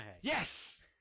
Yes